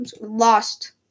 lost